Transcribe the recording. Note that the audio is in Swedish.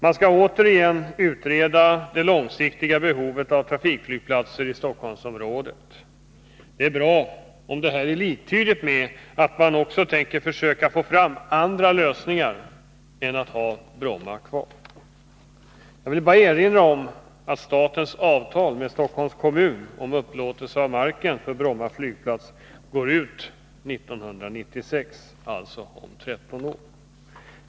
Man skall återigen utreda det långsiktiga behovet av trafikflygplatser i Stockholmsområdet. Det är bra om detta är liktydigt med att man tänker försöka få fram andra lösningar än att ha Bromma kvar. Jag vill bara erinra om att statens avtal med Stockholms kommun om upplåtelse av marken för Bromma flygplats går ut 1996, alltså om 13 år.